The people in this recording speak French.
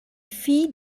fit